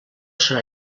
serà